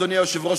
אדוני היושב-ראש,